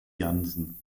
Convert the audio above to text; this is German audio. jansen